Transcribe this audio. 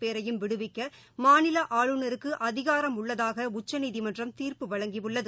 பேரையும் விடுவிக்க மாநில ஆளுநருக்கு அதிகாரம் உள்ளதாக உச்சநீதிமன்றம் தீர்ப்பு வழங்கியுள்ளது